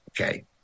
Okay